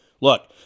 Look